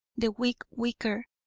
the weak weaker,